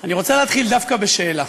אני רוצה להתחיל דווקא בשאלה.